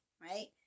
right